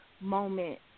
moment